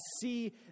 see